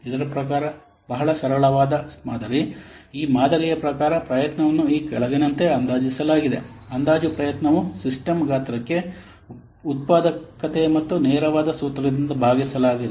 ಇದರ ಪ್ರಕಾರ ಬಹಳ ಸರಳವಾದ ಮಾದರಿ ಈ ಮಾದರಿಯ ಪ್ರಕಾರ ಪ್ರಯತ್ನವನ್ನು ಈ ಕೆಳಗಿನಂತೆ ಅಂದಾಜಿಸಲಾಗಿದೆ ಅಂದಾಜು ಪ್ರಯತ್ನವು ಸಿಸ್ಟಮ್ ಗಾತ್ರಕ್ಕೆ ಉತ್ಪಾದಕತೆ ಮತ್ತು ನೇರವಾದ ಸೂತ್ರದಿಂದ ಭಾಗಿಸಲಾಗಿದೆ